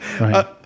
Right